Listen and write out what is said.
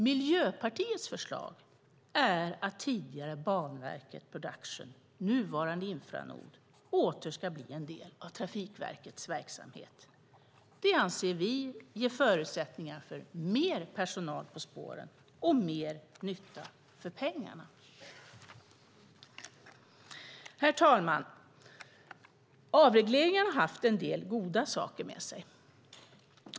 Miljöpartiets förslag är att tidigare Banverket Produktion, nuvarande Infranord, åter ska bli en del av Trafikverkets verksamhet. Det anser vi ger förutsättningar för mer personal på spåren och mer nytta för pengarna. Herr talman! Avregleringarna har fört en del goda saker med sig.